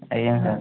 ଆଜ୍ଞା ସାର୍